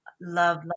love